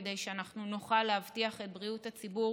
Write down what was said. כדי שאנחנו נוכל להבטיח את בריאות הציבור